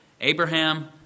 Abraham